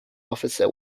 officer